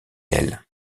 elles